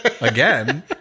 again